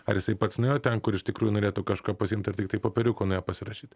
ar jisai pats nuėjo ten kur iš tikrųjų norėtų kažką pasiimtiar tiktai popieriuko nuėjo pasirašyt